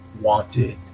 wanted